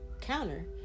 counter